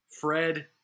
Fred